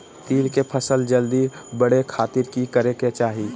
तिल के फसल जल्दी बड़े खातिर की करे के चाही?